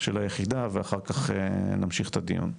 של היחידה ואחר כך נמשיך את הדיון.